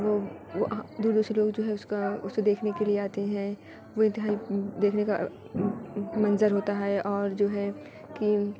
وہ دور دور سے لوگ جو ہے اس کا اسے دیکھنے کے لیے آتے ہیں وہ انتہائی دیکھنے کا منظر ہوتا ہے اور جو ہے کہ